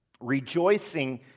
rejoicing